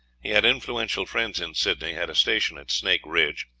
he had influential friends in sydney, had a station at snake ridge,